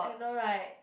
I know right